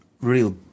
real